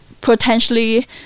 potentially